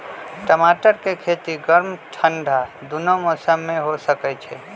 टमाटर के खेती गर्म ठंडा दूनो मौसम में हो सकै छइ